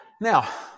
Now